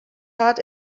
heart